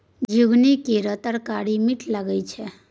झिगुनी केर तरकारी मीठ लगई छै